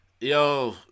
Yo